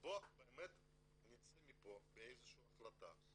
אבל בואו באמת נצא מכאן עם איזו שהיא החלטה,